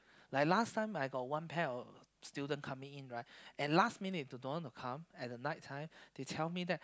like last time I got one pair of of student coming in right and last minute they don't want to come at the night time they tell me that